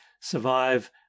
survive